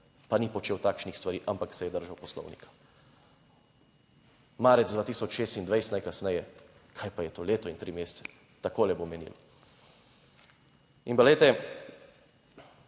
pa ni počel takšnih stvari, ampak se je držal poslovnika. Marec 2026 najkasneje. Kaj pa je to leto in tri mesece? Takole bo minilo. In pa glejte,